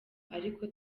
ariko